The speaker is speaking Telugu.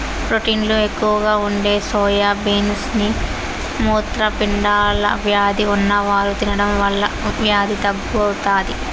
ప్రోటీన్లు ఎక్కువగా ఉండే సోయా బీన్స్ ని మూత్రపిండాల వ్యాధి ఉన్నవారు తినడం వల్ల వ్యాధి తగ్గుతాది